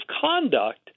conduct